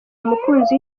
umukunzi